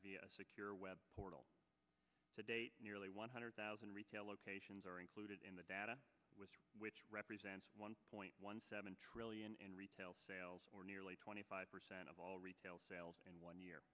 ecure web portal today nearly one hundred thousand retail locations are included in the data which represents one point one seven trillion in retail sales or nearly twenty five percent of all retail sales in one year